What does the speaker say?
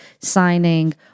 signing